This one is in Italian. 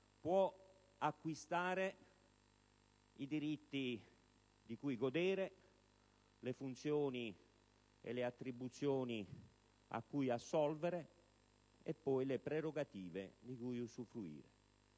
può acquistare i diritti di cui godere, le funzioni e le attribuzioni cui assolvere e le prerogative di cui usufruire.